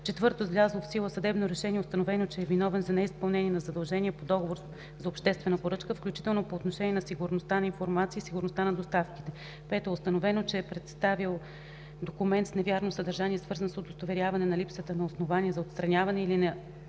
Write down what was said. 4. с влязло в сила съдебно решение е установено, че е виновен за неизпълнение на задължения по договор за обществена поръчка, включително по отношение на сигурността на информацията и сигурността на доставките; 5. установено е, че е представил документ с невярно съдържание, свързан с удостоверяване на липсата на основания за отстраняване или на